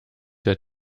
der